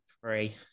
three